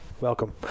Welcome